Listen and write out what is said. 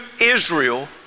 Israel